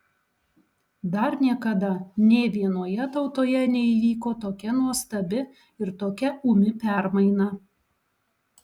dar niekada nė vienoje tautoje neįvyko tokia nuostabi ir tokia ūmi permaina